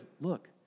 look